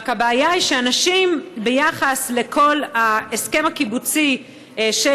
רק הבעיה היא שביחס לכל ההסכם הקיבוצי של